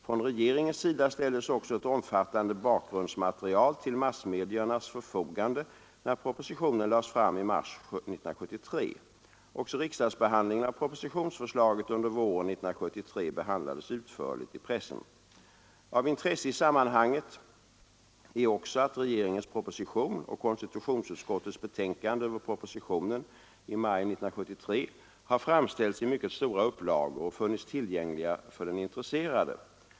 Från regeringens sida ställdes också ett omfattande bakgrundsmaterial till massmediernas förfogande när propo sitionen lades fram i mars 1973. Också riksdagsbehandlingen av propositionsförslagen under våren 1973 behandlades utförligt i pressen. Av intresse i sammanhanget är också att regeringens proposition och konstitutionsutskottets betänkande över propositionen i maj 1973 har framställts i mycket stora upplagor och funnits tillgängliga för den intresserade.